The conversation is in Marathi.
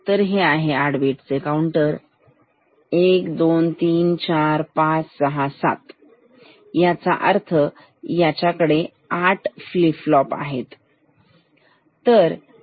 तर हे आहे 8 बिट चे काऊंटर 12345678 याचा अर्थ यांच्याकडे 8 फ्लीप फ्लॉप आहेत